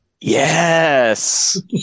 Yes